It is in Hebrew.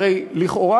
הרי לכאורה,